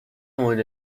مورد